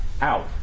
out